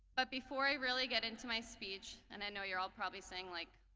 but before i really get into my speech, and i know you're all probably saying, like